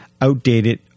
outdated